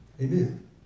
Amen